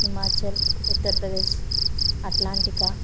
Himachal Uttar Pradesh Atlantic